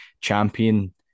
champion